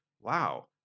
wow